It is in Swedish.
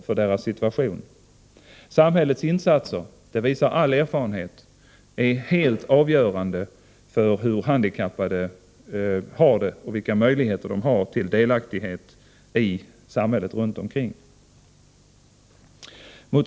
All erfarenhet visar att samhällets insatser är helt avgörande för hur handikappade har det och för deras möjligheter till delaktighet i samhället runt omkring dem.